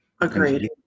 Agreed